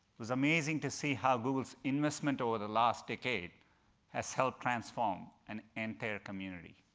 was amazing to see how google's investment over the last decade has helped transform an entire community.